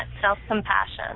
self-compassion